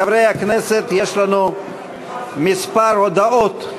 חברי הכנסת, יש לנו כמה הודעות.